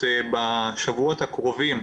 בשבועות הקרובים